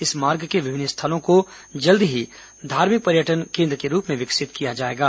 इस मार्ग के विभिन्न स्थलों को जल्द ही धार्मिक पर्यटन केन्द्र के रूप में विकसित किया जाएगा